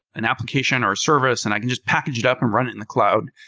an application, or a service and i can just package it up and run it in the cloud,